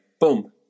boom